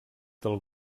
del